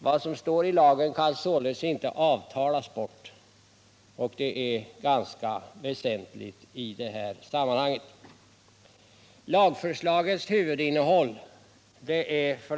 Vad som står i lagen kan således inte avtalas bort, och det är ganska väsentligt i det här sammanhanget.